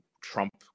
Trump